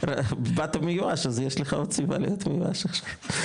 באת מיואש אז יש לך עוד סיבה להיות מיואש עכשיו.